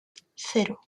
cero